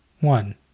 one